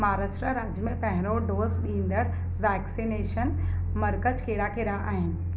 महाराष्ट्र राज्य में पहिरियों डोज़ ॾींदड़ वैक्सीनेशन मर्कज़ कहिड़ा कहिड़ा आहिनि